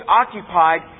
occupied